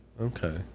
okay